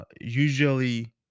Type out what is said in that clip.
usually